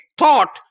thought